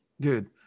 dude